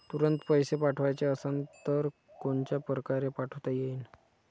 तुरंत पैसे पाठवाचे असन तर कोनच्या परकारे पाठोता येईन?